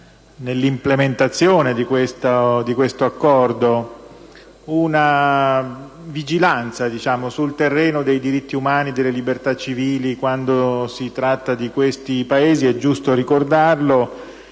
nell'implementazione di questo Accordo, una vigilanza sul terreno dei diritti umani e delle libertà civili quando si tratta di questi Paesi (è giusto ricordarlo),